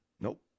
nope